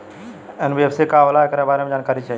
NBFC का होला ऐकरा बारे मे जानकारी चाही?